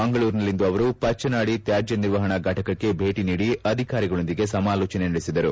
ಮಂಗಳೂರಿನಲ್ಲಿಂದು ಅವರು ಪಚ್ಚನಾಡಿ ತ್ಯಾಜ್ಯ ನಿರ್ವಹಣಾ ಫಟಕಕ್ಕೆ ಭೇಟ ನೀಡಿ ಅಧಿಕಾರಿಗಳೊಂದಿಗೆ ಸಮಾಲೋಜನ ನಡೆಸಿದರು